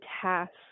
task